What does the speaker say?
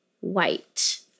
white